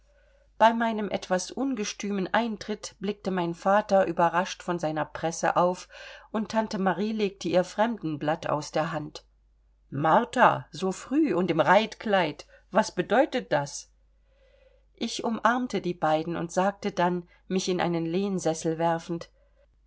bei meinem etwas ungestümen eintritt blickte mein vater überrascht von seiner presse auf und tante marie legte ihr fremdenblatt aus der hand martha so früh und im reitkleid was bedeutet das ich umarmte die beiden und sagte dann mich in einen lehnsessel werfend